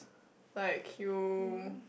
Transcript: like you